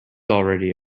already